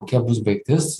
kokia bus baigtis